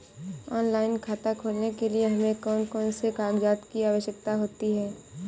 Online खाता खोलने के लिए हमें कौन कौन से कागजात की आवश्यकता होती है?